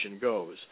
goes